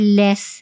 less